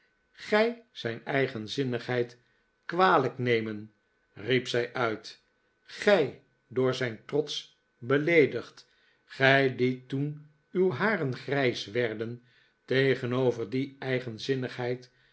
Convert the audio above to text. ij zijn eigenzinnigheid kwalijk nemen riep zij uit g ij door zijn trots beleedigd gij die toen uw haren grijs werden tegenover die